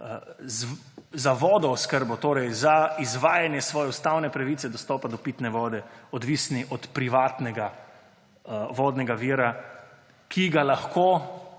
za vodooskrbo, torej za izvajanje svoje ustavne pravice dostopa do pitne vode, odvisni od privatnega vodnega vira, ki ga lahko